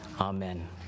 Amen